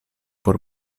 por